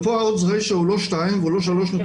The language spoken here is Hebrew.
פה ה-odds ratio הוא לא 2 והוא לא 3.8,